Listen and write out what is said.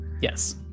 Yes